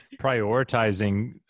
prioritizing